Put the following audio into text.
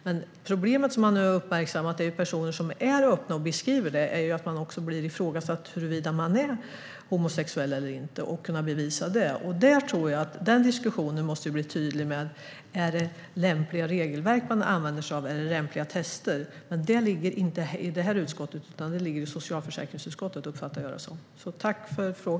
Men problemet som man nu har uppmärksammat är att personer som är öppna och beskriver det också blir ifrågasatta huruvida de är homosexuella eller inte och hur de kan bevisa det. Den diskussionen måste bli tydlig: Är det lämpliga regelverk och tester man använder sig av? Den frågan ligger dock inte i det här utskottet utan i socialförsäkringsutskottet, uppfattar jag det som.